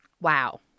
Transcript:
Wow